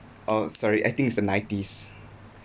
oh sorry I think it's the nineties